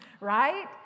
right